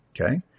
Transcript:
okay